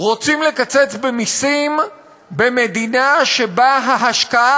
רוצים לקצץ במסים במדינה שבה ההשקעה